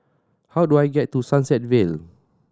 how do I get to Sunset Vale